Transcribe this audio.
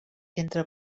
entre